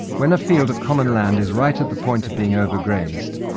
when a field of common land is right at the point of being over-grazed,